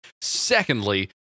Secondly